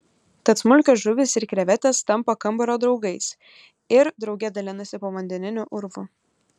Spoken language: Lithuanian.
tad smulkios žuvys ir krevetės tampa kambario draugais ir drauge dalinasi povandeniniu urvu